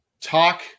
talk